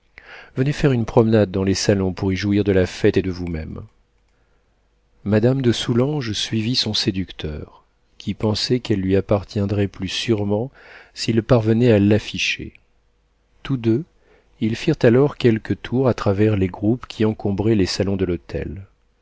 tressées venez faire une promenade dans les salons pour y jouir de la fête et de vous-même madame de soulanges suivit son séducteur qui pensait qu'elle lui appartiendrait plus sûrement s'il parvenait à l'afficher tous deux ils firent alors quelques tours à travers les groupes qui encombraient les salons de l'hôtel